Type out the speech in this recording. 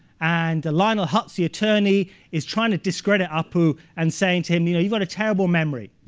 and lionel hutz, the attorney, is trying to discredit apu and saying to him, you know you've got a terrible memory.